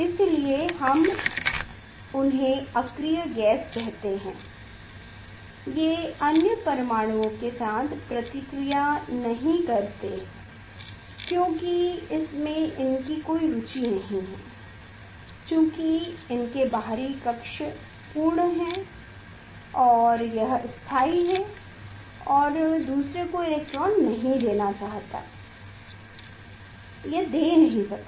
इसलिए हम उन्हें अक्रिय गैस कहते हैं ये अन्य परमाणुओं के साथ प्रतिक्रिया नहीं करते क्योंकि इसमें इनकी कोई रुचि नहीं है चूंकि इनके बाहरी कक्षा पूर्ण है और यह स्थायी है और दूसरे को इलेक्ट्रॉन नहीं देना चाहता यह दे नहीं सकता